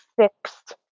fixed